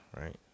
right